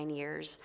years